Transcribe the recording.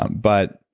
um but